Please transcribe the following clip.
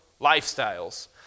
lifestyles